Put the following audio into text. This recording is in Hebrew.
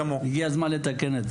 הגיע הזמן לתקן את זה.